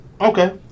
Okay